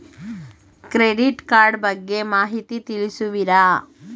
Credit card ಬಗ್ಗೆ ಮಾಹಿತಿ ತಿಳಿಸುವಿರಾ?